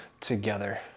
together